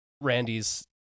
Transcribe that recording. Randy's